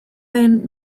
den